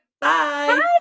Bye